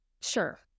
sure